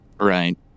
Right